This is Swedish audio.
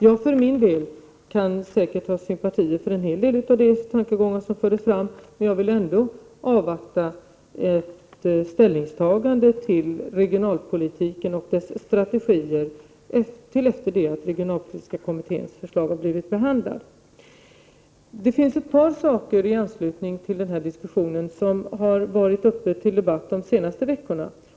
Jag för min del kan gärna ha sympatier för en hel del av de tankegångar som fördes fram, men jag vill ändå avvakta med ställningstagande till en regionalpolitik och dess strategier till efter det att regionalpolitiska kommitténs förslag har blivit behandlade. Det finns ett par saker i anslutning till denna diskussion som har varit uppe till debatt de senaste veckorna.